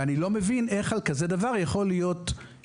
אני לא מבין איך על דבר כזה יכול להיות דיון.